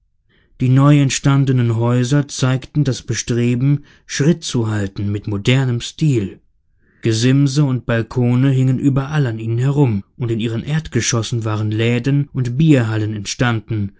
die neuentstandenen häuser zeigten das bestreben schritt zu halten mit modernem stil gesimse und balkone hingen überall an ihnen herum und in ihren erdgeschossen waren läden und bierhallen entstanden